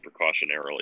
precautionarily